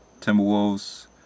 Timberwolves